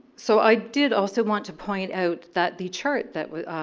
so i did also want to point out that the chart that